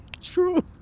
True